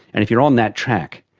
and if you are on that track,